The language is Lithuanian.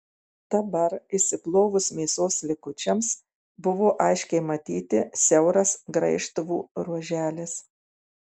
dabar išsiplovus mėsos likučiams buvo aiškiai matyti siauras graižtvų ruoželis